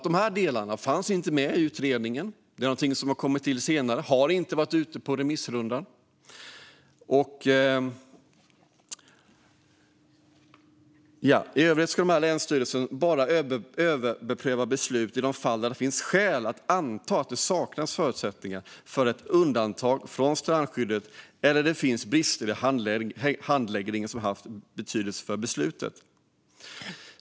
De här delarna fanns inte med i utredningen, utan de har kommit till senare. De har inte varit ute på remissrunda. I övrigt ska länsstyrelsen bara överpröva beslut i fall där det finns skäl att anta att det saknas förutsättningar för ett undantag från strandskyddet eller där det finns brister i handläggningen som har haft betydelse för beslutet.